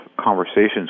conversations